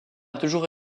toujours